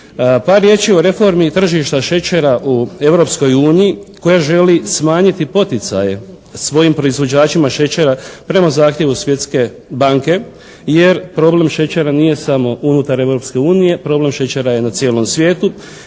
Par riječi o reformi tržišta šećera u Europskoj uniji koja želi smanjiti poticaje svojim proizvođačima šećera prema zahtjevu Svjetske banke jer problem šećera nije samo unutar Europske unije, problem šećera je na cijelom svijetu